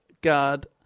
Guard